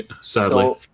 Sadly